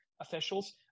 officials